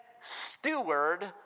steward